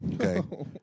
Okay